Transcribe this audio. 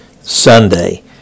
Sunday